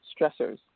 stressors